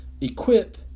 equip